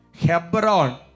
Hebron